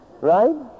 Right